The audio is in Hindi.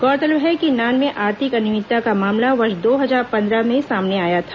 गौरतलब है कि नान में आर्थिक अनियमितता का मामला वर्ष दो हजार पंद्रह में सामने आया था